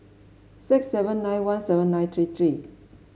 six seven nine one seven nine three three